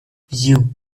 you